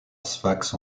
sfax